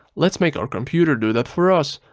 let's make our computer do that for us.